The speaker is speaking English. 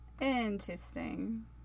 Interesting